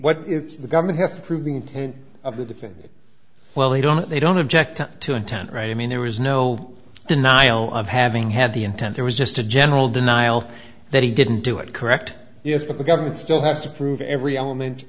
what the government has to prove the intent of the defendant well they don't they don't object to intent right i mean there is no denial of having had the intent there was just a general denial that he didn't do it correct yes but the government still has to prove every element